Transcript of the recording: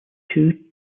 two